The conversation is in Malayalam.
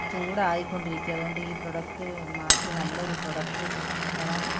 ചൂടായിക്കൊണ്ടിരിക്കുകയാണ് അതുകൊണ്ട് ഈ പ്രോഡക്ട് മാറ്റി നല്ലൊരു പ്രോഡക്ട് തരാൻ